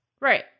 Right